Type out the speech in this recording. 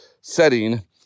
setting